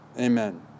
amen